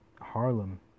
Harlem